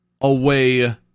away